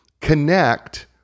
connect